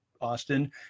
Austin